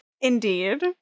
indeed